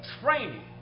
training